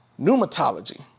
pneumatology